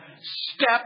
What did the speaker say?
step